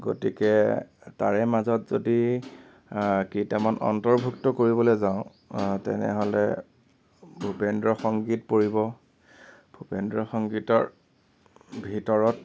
গতিকে তাৰে মাজত যদি কেইটামান অন্তৰ্ভুক্ত কৰিবলৈ যাওঁ তেনেহ'লে ভূপেন্দ্ৰ সংগীত পৰিব ভূপেন্দ্ৰ সংগীতৰ ভিতৰত